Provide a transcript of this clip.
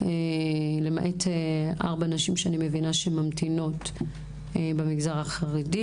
למעט ארבע נשים שממתינות מהמגזר החרדי,